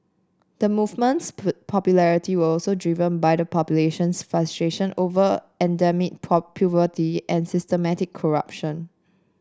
the movement's popularity were also driven by the population's frustration over endemic poverty and systemic corruption